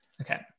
Okay